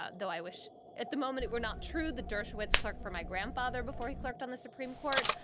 ah though, i wish at the moment we're not true the dershowitz clerked for my grandfather before he clerked on the supreme court.